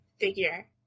figure